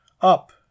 Up